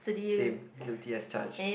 same guilty as charged